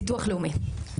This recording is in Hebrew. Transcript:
ביטוח לאומי.